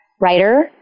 writer